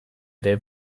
ere